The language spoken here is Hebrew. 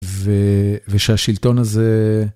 ושהשלטון הזה...